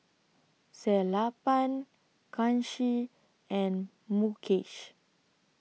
Sellapan Kanshi and Mukesh